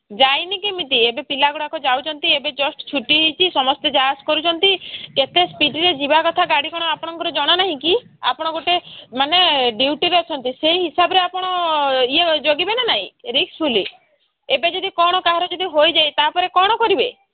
ଯାଇନି କେମିତି ଏବେ ପିଲାଗୁଡ଼ାକ ଯାଉଛନ୍ତି ଏବେ ଜଷ୍ଟ ଛୁଟି ହେଇଚି ସମସ୍ତେ ଯା ଆସ କରୁଚନ୍ତି କେତେ ସ୍ପିଡ଼ରେ ଯିବା କଥା ଗାଡ଼ି କ'ଣ ଆପଣଙ୍କର ଜଣା ନାହିଁକି ଆପଣ ଗୋଟେ ମାନେ ଡ୍ୟୁଟିରେ ଅଛନ୍ତି ସେଇ ହିସାବରେ ଆପଣ ଇଏ ଜଗିବେ ନା ନାହିଁ ରିକ୍ସ ଫୁଲି ଏବେ ଯଦି କ'ଣ କାହାର ଯଦି ହୋଇଯାଏ ତାପରେ କ'ଣ କରିବେ